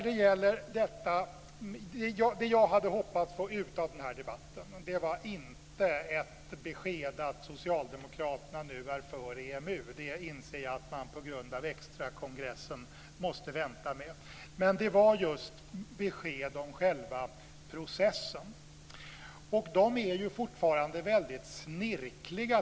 Det jag hade hoppats få ut av den här debatten var inte ett besked att Socialdemokraterna nu är för EMU. Jag inser att man måste vänta med det på grund av extrakongressen. Men jag hade hoppats få ett besked om själva processen. De är ju fortfarande väldigt snirkliga.